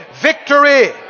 victory